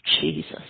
Jesus